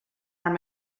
arm